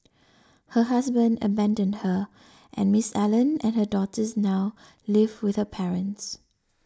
her husband abandoned her and Miss Allen and her daughters now live with her parents